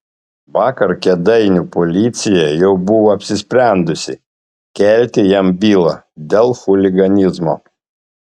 vakar kėdainių policija jau buvo apsisprendusi kelti jam bylą dėl chuliganizmo